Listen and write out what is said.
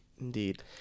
Indeed